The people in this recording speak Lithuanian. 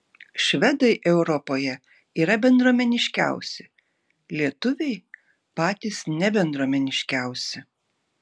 švedai europoje yra bendruomeniškiausi lietuviai patys nebendruomeniškiausi